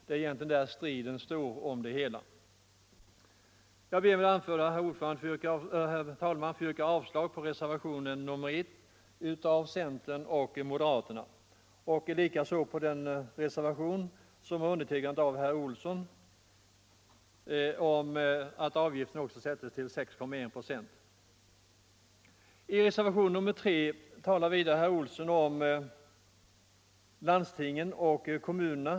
Det är egentligen det striden står om. Jag ber med det anförda, herr talman, få yrka avslag på reservationen 1 av centern och moderaterna. Likaså yrkar jag avslag på reservationen 2 av herr Olsson i Stockholm om att socialförsäkringsavgiften skall sättas till 6,1 procent. I reservationen 3 talar herr Olsson vidare om socialförsäkringsavgiften till sjukförsäkringen för landstingen och kommunerna.